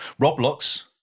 Roblox